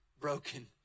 broken